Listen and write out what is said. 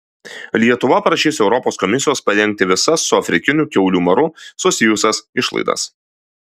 lietuva prašys europos komisijos padengti visas su afrikiniu kiaulių maru susijusias išlaidas